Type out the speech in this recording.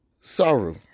saru